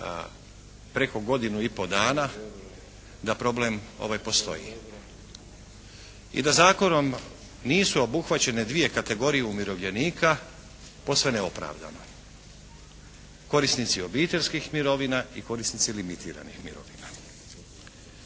preko godinu i pol dana da problem ovaj postoji. I da zakonom nisu obuhvaćene dvije kategorije umirovljenika, posve neopravdano. Korisnici obiteljskih mirovina i korisnici limitiranih mirovina.